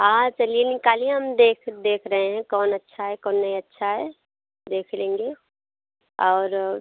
हाँ चलिए निकालिए हम देख देख रहे हैं कौन अच्छा है कौन नहीं अच्छा है देख लेंगे और